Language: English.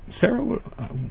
Sarah